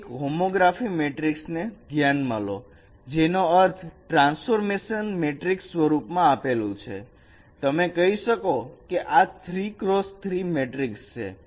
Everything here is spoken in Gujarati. તમે એક હોમોગ્રાફી મેટ્રિક્સ ધ્યાનમાં લો જેનો અર્થ ટ્રાન્સફોર્મેશન મેટ્રિકસ છે સ્વરૂપમાં આપેલું છે તમે કહી શકો કે આ 3x3 મેટ્રિકસ છે